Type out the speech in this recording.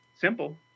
simple